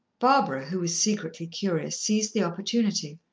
barbara, who was secretly curious, seized the opportunity.